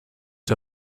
der